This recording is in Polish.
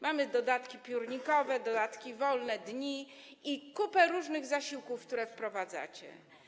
Mamy dodatki, piórnikowe, wolne dni i kupę różnych zasiłków, które wprowadzacie.